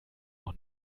auch